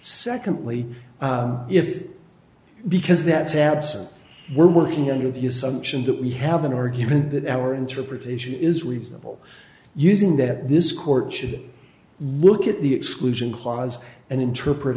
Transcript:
secondly if because that's absent when working under the assumption that we have an argument that our interpretation is reasonable using that this court should look at the exclusion clause and interpret